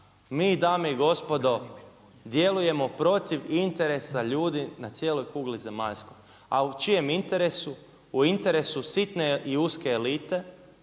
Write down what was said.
mi dame i gospodo djelujemo protiv interesa ljudi na cijeloj kugli zemaljskoj. A u čijem interesu? U interesu sitne i uske elite